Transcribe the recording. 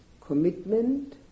commitment